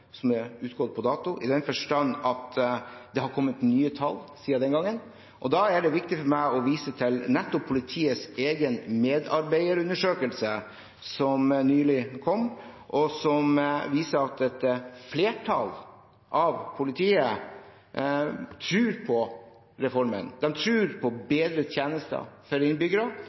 som er utgått på dato, i den forstand at det har kommet nye tall siden den gangen. Da er det viktig for meg å vise til nettopp politiets egen medarbeiderundersøkelse som nylig kom, som viser at et flertall i politiet tror på reformen, de tror på bedre tjenester for